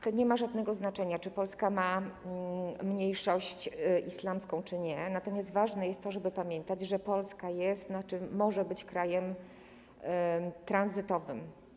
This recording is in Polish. Tu nie ma żadnego znaczenia, czy Polska ma mniejszość islamską czy nie, natomiast ważne jest to, żeby pamiętać, że Polska może być krajem tranzytowym.